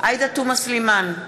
עאידה תומא סלימאן,